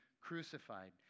crucified